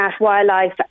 wildlife